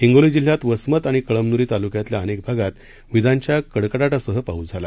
हिंगोली जिल्ह्यात वसमत आणि कळमनुरी तालुक्यातल्या अनेक भागात विजांच्या कडकडाटासह पाऊस झाला